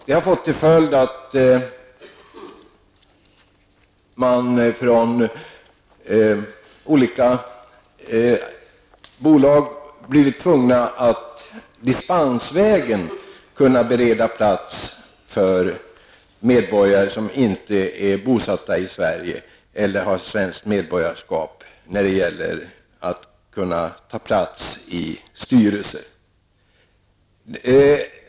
Det har fått till följd att flera bolag har blivit tvungna att ansöka om dispens för personer som inte är bosatta i Sverige eller inte har svenskt medborgarskap för att dessa skall kunna ta plats i resp. bolags styrelser.